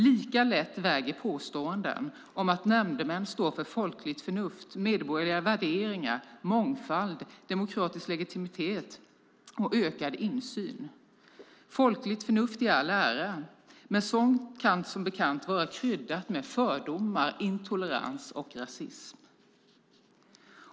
Lika lätt väger påståenden om att nämndemän står för folkligt förnuft, medborgerliga värderingar, mångfald, demokratisk legitimitet och ökad insyn. Folkligt förnuft i all ära, men sådant kan som bekant vara kryddat med fördomar, intolerans och rasism.